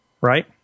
Right